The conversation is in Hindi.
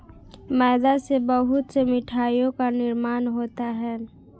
मैदा से बहुत से मिठाइयों का निर्माण होता है